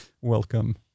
Welcome